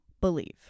Believe